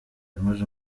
yamaze